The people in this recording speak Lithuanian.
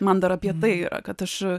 man dar apie tai yra kad aš